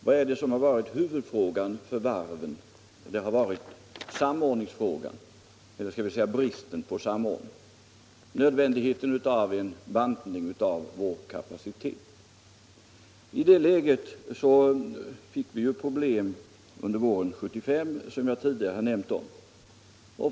Herr talman! Bara helt kortfattat! Vad är det som har varit huvudfrågan för varven? Jo, det har varit frågan om samordning — eller skall vi kanske säga bristen på samordning — och nödvändigheten av en bantning av vår kapacitet. Vi fick problem under våren 1975, som jag tidigare har nämnt om.